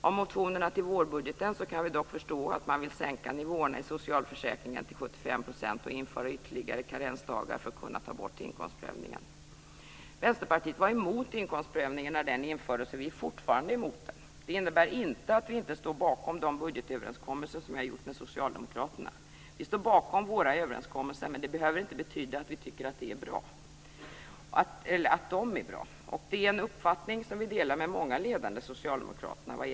Av motionerna till vårbudgeten kan vi dock förstå att man vill sänka nivåerna i socialförsäkringen till 75 % och införa ytterligare karensdagar för att kunna ta bort inkomstprövningen. Vänsterpartiet var emot inkomstprövningen när den infördes, och vi är fortfarande emot den. Det innebär inte att vi inte står bakom de budgetöverenskommelser som vi har gjort med Socialdemokraterna. Vi står bakom våra överenskommelser, men det behöver inte betyda att vi tycker att de är bra. Vi delar denna uppfattning om inkomstprövningen med många ledande socialdemokrater.